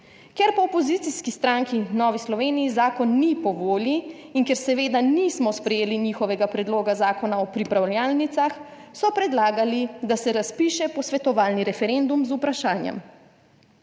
Ker pa opozicijski stranki Novi Sloveniji zakon ni po volji in ker seveda nismo sprejeli njihovega predloga zakona o pripravljalnicah, so predlagali, da se razpiše posvetovalni referendum z vprašanjem: